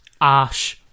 Ash